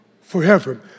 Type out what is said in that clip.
forever